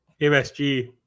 MSG